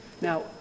now